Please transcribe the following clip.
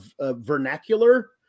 vernacular